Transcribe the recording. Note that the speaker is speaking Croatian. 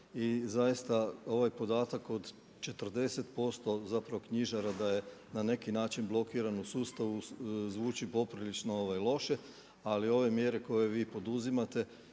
i zaista ovaj podatak od 40% knjižara da je na neki način blokiran u sustavu zvuči poprilično loše, ali ove mjere koje vi poduzimate,